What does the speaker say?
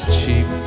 cheap